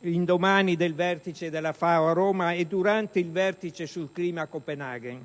indomani del Vertice della FAO a Roma e durante il Vertice sul clima a Copenhagen: